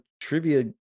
trivia